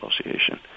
association